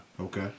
Okay